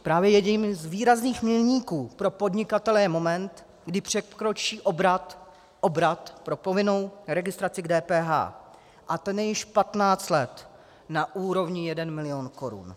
Právě jedním z výrazných milníků pro podnikatele je moment, kdy překročí obrat obrat pro povinnou registraci k DPH, a ten je již 15 let na úrovni 1 milion korun.